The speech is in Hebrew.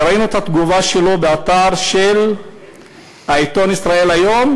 וראינו את התגובה שלו באתר של העיתון "ישראל היום",